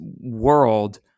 world